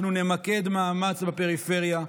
אנחנו נמקד מאמץ בפריפריה.